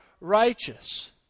righteous